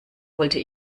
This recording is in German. wollte